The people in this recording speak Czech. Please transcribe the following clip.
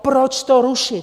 Proč to rušit?